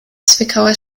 zwickauer